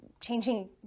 changing